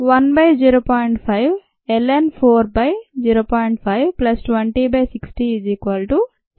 10